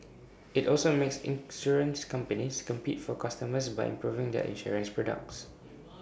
IT also makes insurance companies compete for customers by improving their insurance products